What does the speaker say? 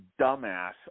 dumbass